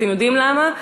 אתם יודעים למה?